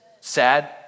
Sad